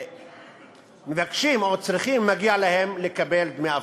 והם מבקשים או צריכים או מגיע להם לקבל דמי אבטלה.